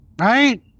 Right